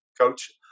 Coach